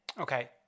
Okay